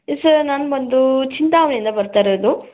sir ನಾನು ಬಂದು ಚಿಂತಾಮಣಿಯಿಂದ ಬರ್ತಾಯಿರೋದು